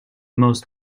most